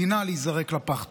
דינה להיזרק לפח.